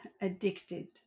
addicted